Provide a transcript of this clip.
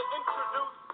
introduce